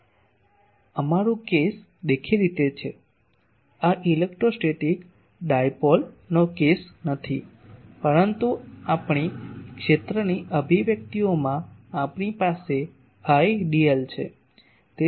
અમારું કેસ દેખીતી રીતે છે આ ઇલેક્ટ્રોસ્ટેટિક ડાયપોલ નો કેસ નથી પરંતુ આપણી ક્ષેત્રની અભિવ્યક્તિઓમાં આપણી પાસે Idl છે